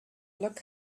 look